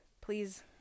please